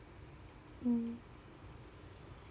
mm